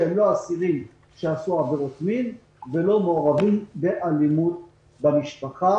שהם לא אסירים שעשו עבירות מין ולא מעורבים באלימות במשפחה,